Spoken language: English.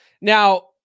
Now